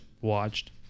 watched